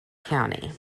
county